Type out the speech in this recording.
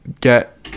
get